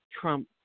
Trump